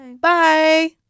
bye